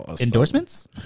Endorsements